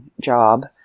job